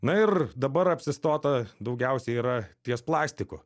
na ir dabar apsistota daugiausiai yra ties plastiko